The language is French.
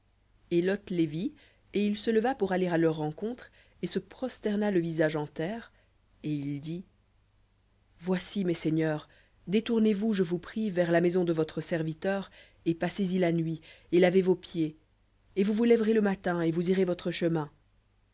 et lot les vit et il se leva pour aller à leur rencontre et se prosterna le visage en terre et il dit voici mes seigneurs détournez vous je vous prie vers la maison de votre serviteur et passez y la nuit et lavez vos pieds et vous vous lèverez le matin et vous irez votre chemin